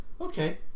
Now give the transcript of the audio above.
Okay